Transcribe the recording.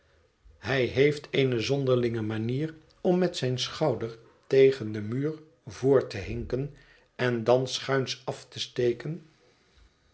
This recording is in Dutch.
hij heeft eene zonderlinge manier om met zijn schouder tegen den muur voort te hinken en dan schuins af te steken